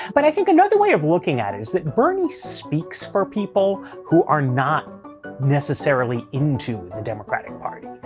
but i think another way of looking at it is that bernie speaks for people who are not necessarily into the democratic party.